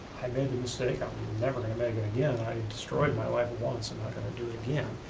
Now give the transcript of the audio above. i made the mistake, i'm never gonna make it again. i destroyed my life once, i'm not gonna do it again.